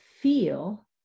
feel